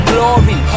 Glory